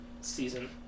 season